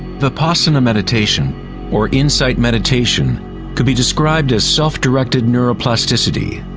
vipassana meditation or insight meditation could be described as self-directed neuroplasticity.